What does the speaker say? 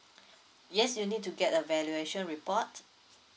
yes you need to get a valuation report